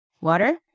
water